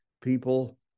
people